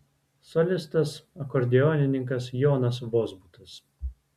solistas akordeonininkas jonas vozbutas